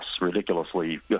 ridiculously